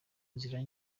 inzira